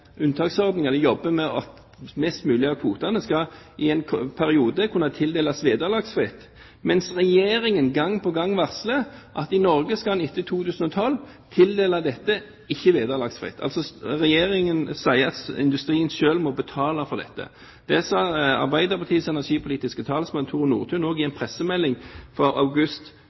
jobber for at mest mulig av kvotene i en periode skal kunne tildeles vederlagsfritt, mens Regjeringen gang på gang har varslet at man i Norge ikke tildeler dette vederlagsfritt etter 2012. Regjeringen sier at industrien selv må betale for dette. Det sa Arbeiderpartiets energipolitiske talsmann, Tore Nordtun, i en pressemelding fra august